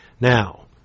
Now